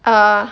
err